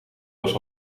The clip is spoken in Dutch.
was